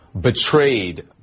betrayed